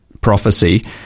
prophecy